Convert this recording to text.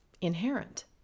inherent